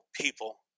people